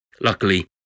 Luckily